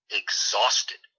exhausted